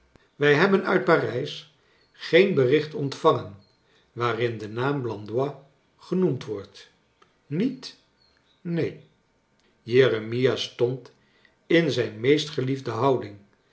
wij hebben uit parijs geen bericht ontvangen waar in de naam blandois genoemd wordt niet neen jeremia stond in zijn meest geliefde houding